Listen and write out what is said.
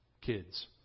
kids